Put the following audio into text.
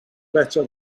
better